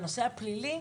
בנושא הפלילי,